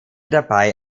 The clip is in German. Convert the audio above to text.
dabei